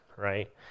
right